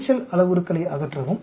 இரைச்சல் அளவுருக்களை அகற்றவும்